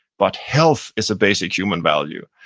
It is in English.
but health is a basic human value.